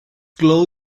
glow